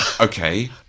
Okay